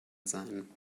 sein